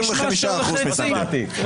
65% מתנגדים.